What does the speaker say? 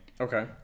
Okay